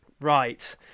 Right